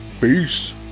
peace